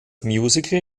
musical